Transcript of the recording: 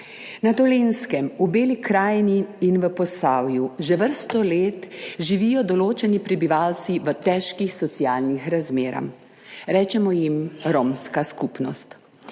Na Dolenjskem, v Beli krajini in v Posavju že vrsto let živijo določeni prebivalci v težkih socialnih razmerah. Rečemo jim romska skupnost.